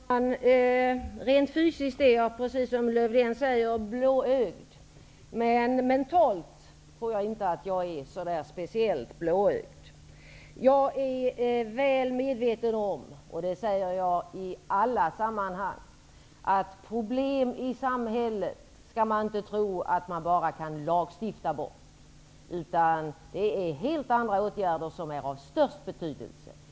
Herr talman! Rent fysiskt är jag, precis som Lövdén säger, blåögd, men jag tror inte att jag är speciellt blåögd mentalt. Jag är väl medveten om att man inte skall tro att man bara kan lagstifta bort problem i samhället. Det säger jag i alla sammanhang. Det är helt andra åtgärder som är av störst betydelse.